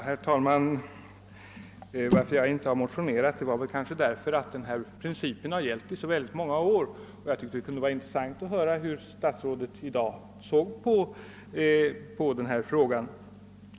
Herr talman! Att jag inte har motionerat beror på att denna princip har gällt i så många år att jag har tyckt att det kunde vara intressant att höra hur statsrådet i dag såg på frågan.